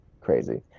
Crazy